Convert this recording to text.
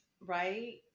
right